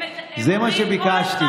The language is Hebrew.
זה מה שביקשתי.